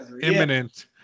Imminent